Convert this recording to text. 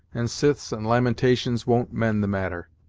and syth's and lamentations won't mend the matter!